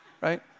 right